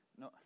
No